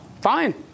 fine